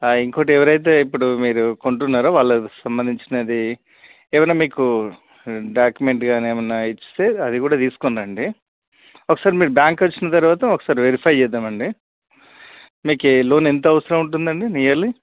ఇంకోటి ఎవరైతే ఇప్పుడు మీరు కొంటున్నారో వాళ్ళవి సంబంధించినది ఏవైనా మీకు డాక్యుమెంట్ గానీ ఏవన్నా ఇస్తే అది కూడ తీసుకుని రండి ఒకసారి మీరు బ్యాంక్కొచ్చిన తర్వాత ఒకసారి వెరిఫై చేద్దాం అండి మీకీ లోన్ ఎంత అవసరం ఉంటుందండి నియర్లీ